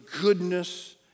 goodness